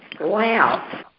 Wow